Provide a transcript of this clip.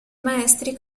maestri